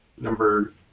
number